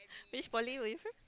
which poly were you from